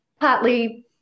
partly